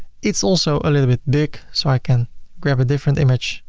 it's also a little bit big, so i can grab a different image,